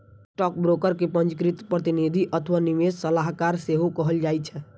stockbroker कें पंजीकृत प्रतिनिधि अथवा निवेश सलाहकार सेहो कहल जाइ छै